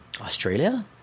Australia